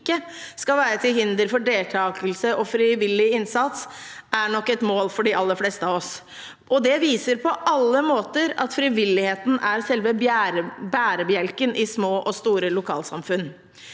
skal være til hinder for deltakelse og frivillig innsats, er nok et mål for de aller fleste av oss. Det viser på alle måter at frivilligheten er selve bærebjelken i små og store lokalsamfunn.